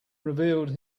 revealed